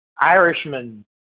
Irishman